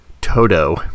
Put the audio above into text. Toto